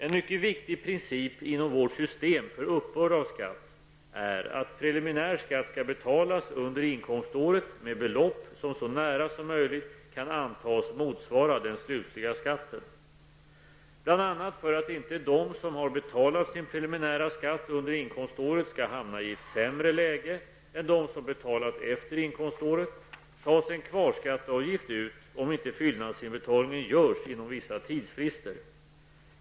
En mycket viktig princip inom vårt system för uppbörd av skatt är att preliminär skatt skall betalas under inkomståret med belopp som så nära som möjligt kan antas motsvara den slutliga skatten. Bl.a. för att inte de som har betalat sin preliminära skatt under inkomståret skall hamna i ett sämre läge än de som betalat efter inkomståret tas en kvarskatteavgift ut, om inte fyllnadsinbetalningen görs inom vissa tidsfrister.